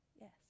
yes